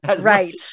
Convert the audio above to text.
Right